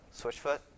Switchfoot